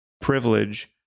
privilege